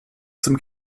zum